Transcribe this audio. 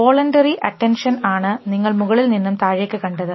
voluntary attention ആണ് നിങ്ങൾ മുകളിൽ നിന്നും താഴേക്ക് കണ്ടത്